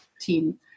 team